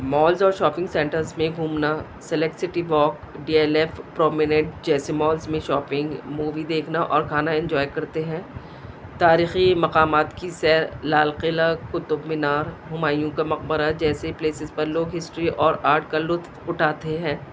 malls اور shopping centres میں گھومنا select city walk D L F prominent جیسے مالس میں شاپنگ مووی دیکھنا اور کھانا انجوائے کرتے ہیں تاریخی مقامات کی سیر لال قلعہ قطب مینار ہمایوں کا مقبرہ جیسے پلیسز پر لوگ ہسٹری اور آرٹ کا لطف اٹھاتے ہیں